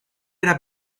era